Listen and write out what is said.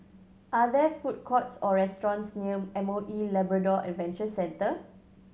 are there food courts or restaurants near M O E Labrador Adventure Centre